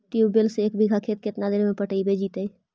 Tubewell से एक बिघा खेत केतना देर में पटैबए जितै?